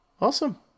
Awesome